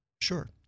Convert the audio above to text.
Sure